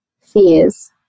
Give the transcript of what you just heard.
fears